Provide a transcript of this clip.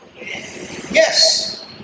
Yes